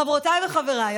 חברותיי וחבריי,